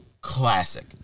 Classic